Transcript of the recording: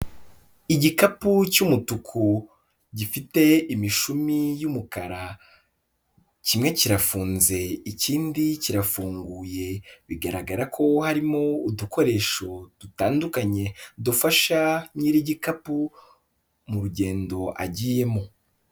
Igikapu cy'umutuku, gifite imishumi y'umukara, kimwe kirafunze, ikindi kirafunguye, bigaragara ko harimo udukoresho dutandukanye dufasha nyir'igikapu mu rugendo agiyemo.